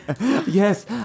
Yes